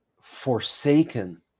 forsaken